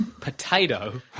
potato